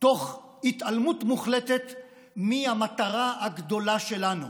תוך התעלמות מוחלטת מהמטרה הגדולה שלנו.